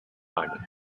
climates